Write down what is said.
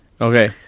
Okay